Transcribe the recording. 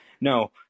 No